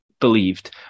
believed